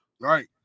right